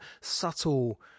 subtle